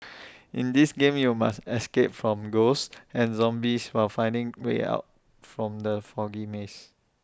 in this game you must escape from ghosts and zombies while finding way out from the foggy maze